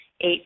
eight